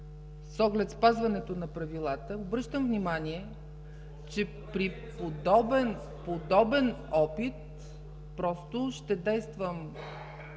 с оглед спазване на правилата, обръщам внимание, че при подобен опит ще действам